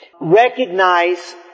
Recognize